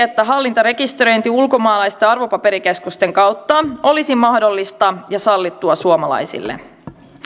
että hallintarekisteröinti ulkomaalaisten arvopaperikeskusten kautta olisi mahdollista ja sallittua suomalaisille